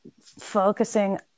focusing